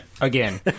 again